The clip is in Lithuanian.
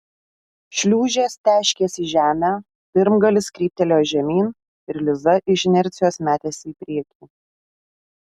šliūžės teškės į žemę pirmgalis kryptelėjo žemyn ir liza iš inercijos metėsi į priekį